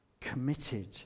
committed